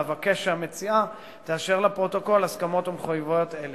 ואבקש שהמציעה תאשר לפרוטוקול הסכמות ומחויבויות אלה.